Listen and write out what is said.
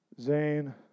Zane